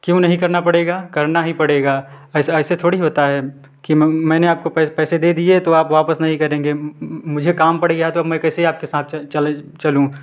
क्नयों हीं करना पड़ेगा करना ही पड़ेगा ऐसे ऐसे थोड़ी होता था कि मैंने आपको पैसे दे दिए तो आप वापस नहीं करेंगे मुझे काम पड़ गया तो मैं अब कैसे आपके साथ चलूँ